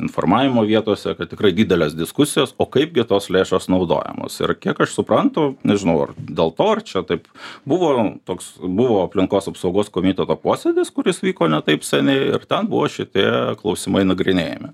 informavimo vietose kad tikrai didelės diskusijos o kaipgi tos lėšos naudojamos ir kiek aš suprantu nežinau ar dėl to ar čia taip buvo toks buvo aplinkos apsaugos komiteto posėdis kuris vyko ne taip seniai ir ten buvo šitie klausimai nagrinėjami